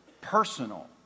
personal